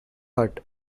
hut